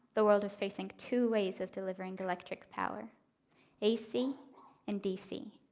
the world was facing two ways of delivering electric power ac and dc.